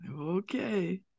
Okay